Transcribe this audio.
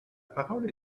parole